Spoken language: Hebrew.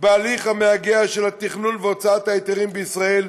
בהליך המייגע של התכנון והוצאת ההיתרים בישראל,